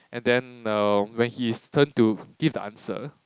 and then err when his turn to give the answer